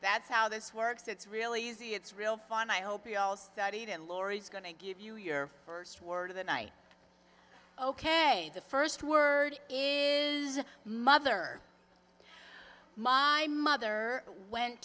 that's how this works it's really easy it's real fun i hope you all studied and laurie's going to give you your first word of the night ok the first word in mother my mother went